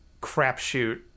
crapshoot